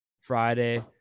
Friday